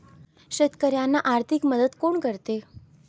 शेतकऱ्यांना आर्थिक मदत कोण करते?